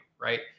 right